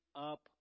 up